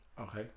okay